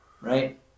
right